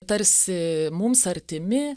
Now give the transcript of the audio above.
tarsi mums artimi